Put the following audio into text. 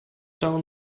down